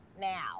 now